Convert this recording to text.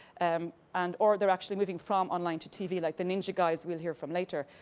um and or they're actually moving from online to tv. like the ninjaguys we'll hear from later.